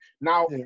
now